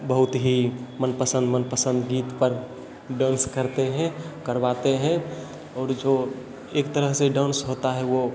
बहुत ही मनपसंद मनपसंद गीत पर डांस करते हैं करवाते हैं और जो एक तरह से डांस होता है वो